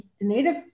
native